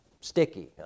sticky